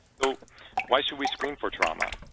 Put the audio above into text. so why should we screen for trauma?